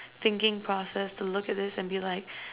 thinking process to look at this and be like